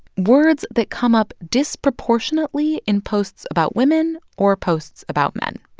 words that come up disproportionately in posts about women or posts about men.